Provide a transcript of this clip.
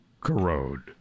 corrode